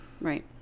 right